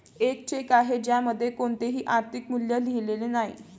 एक चेक आहे ज्यामध्ये कोणतेही आर्थिक मूल्य लिहिलेले नाही